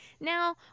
Now